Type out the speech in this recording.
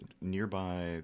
nearby